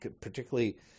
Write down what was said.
particularly